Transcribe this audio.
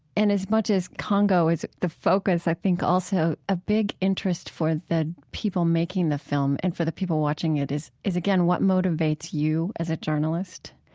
and as much as congo is the focus, i think also a big interest for the people making the film and for the people watching it is, again, what motivates you as a journalist.